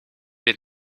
dit